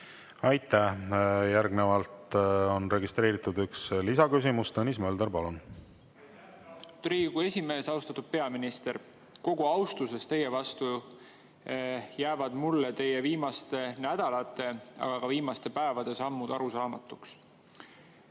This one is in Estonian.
Aitäh! Järgnevalt on registreeritud üks lisaküsimus. Tõnis Mölder, palun! Aitäh, austatud Riigikogu esimees! Austatud peaminister! Kogu austuses teie vastu jäävad mulle teie viimaste nädalate, aga ka viimaste päevade sammud arusaamatuks.